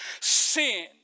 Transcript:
sin